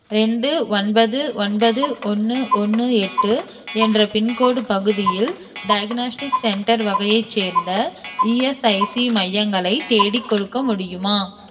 ரெண்டு ஒன்பது ஒன்பது ஒன்று ஒன்று எட்டு என்ற பின்கோடு பகுதியில் டயக்னாஸ்டிக்ஸ் சென்டர் வகையைச் சேர்ந்த இஎஸ்ஐசி மையங்களை தேடிக்கொடுக்க முடியுமா